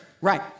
right